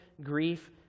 grief